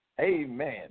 Amen